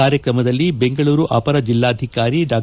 ಕಾರ್ಯಕ್ರಮದಲ್ಲಿ ಬೆಂಗಳೂರು ಅಪರ ಜಿಲ್ಲಾಧಿಕಾರಿ ಡಾ